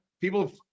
people